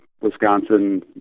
Wisconsin